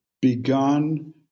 begun